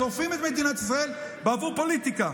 שורפים את מדינת ישראל בעבור פוליטיקה.